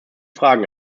fragen